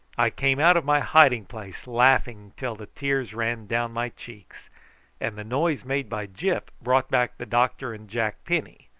i came out of my hiding-place laughing till the tears ran down my cheeks and the noise made by gyp brought back the doctor and jack penny,